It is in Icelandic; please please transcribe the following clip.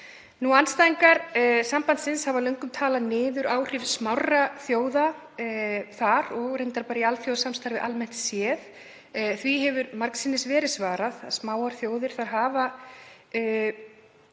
Andstæðingar sambandsins hafa löngum talað niður áhrif smárra þjóða þar og reyndar bara í alþjóðasamstarfi almennt séð. Því hefur margsinnis verið svarað. Smáar þjóðir hafa